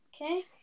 Okay